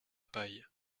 paille